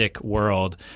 world